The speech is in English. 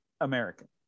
American